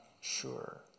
sure